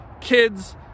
kids